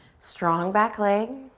strong back leg.